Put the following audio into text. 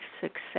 success